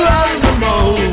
animal